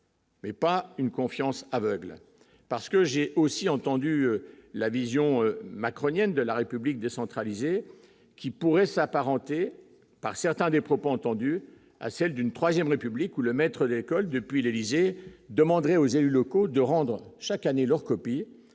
Mais pas une confiance aveugle, parce que j'ai aussi entendu la vision macronienne de la République décentralisée qui pourrait s'apparenter par certains des propos entendus à celle d'une 3ème République où le maître d'école depuis l'Élysée demanderait aux élus locaux de rendre chaque année leur copie